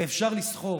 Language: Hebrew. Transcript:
ואפשר לסחור,